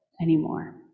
anymore